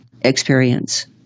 experience